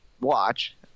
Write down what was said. watch